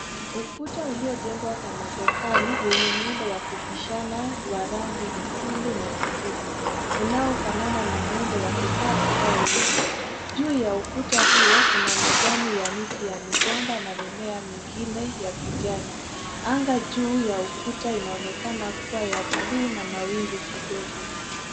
Ukuta uliojengwa kwa matofali yenye muundo wa kupishana wa rangi nyekundu na kijivu unaofanana na muundo wa kikapu au uzi. Juu ya ukuta huo, kuna majani ya miti ya migomba na mimea mingine ya kijani. Anga juu ya ukuta inaonekana kuwa ya buluu na mawingu kidogo.